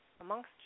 amongst